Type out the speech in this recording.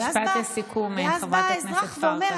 משפט לסיכום, חברת הכנסת פרקש.